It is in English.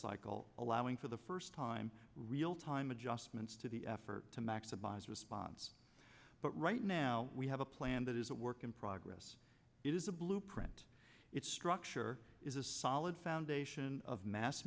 cycle allowing for the first time real time adjustments to the effort to maximize response but right now we have a plan that is a work in progress it is a blueprint its structure is a solid foundation of mass